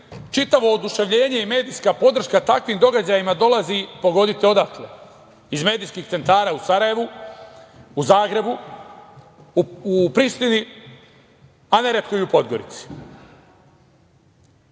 čitavo oduševljenje i medijska podrška takvim događajima dolazi iz medijskih centara u Sarajevu, u Zagrebu, u Prištini, a neretko i u Podgorici. Ono